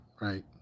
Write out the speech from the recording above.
Right